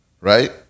Right